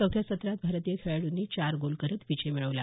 चौथ्या सत्रात भारतीय खेळाडूंनी चार गोल करत विजय मिळवला